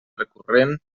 recurrent